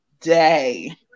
day